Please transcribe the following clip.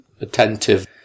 attentive